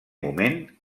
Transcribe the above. moment